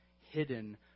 hidden